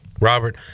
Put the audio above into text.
Robert